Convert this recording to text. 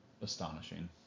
astonishing